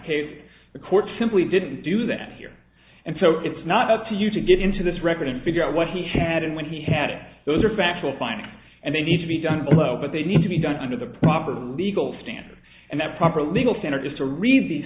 case the court simply didn't do that here and so it's not up to you to get into this record and figure out what he had and when he had it those are factual findings and they need to be done below but they need to be done under the proper legal standards and that proper legal standard is to read these